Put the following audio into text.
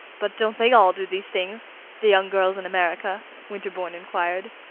but don't they all do these things the young girls in america? winterbourne inquired.